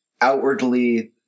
outwardly